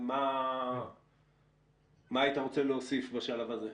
מה היית רוצה להוסיף בשלב הזה?